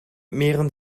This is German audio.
mehren